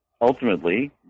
ultimately